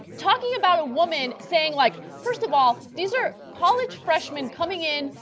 talking about a woman saying like first of all, these are college freshmen coming in,